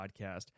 podcast